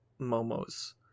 Momo's